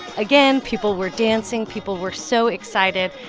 again, people were dancing. people were so excited.